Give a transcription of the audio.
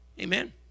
Amen